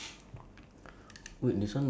yeah nine more minutes orh